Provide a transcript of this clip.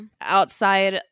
outside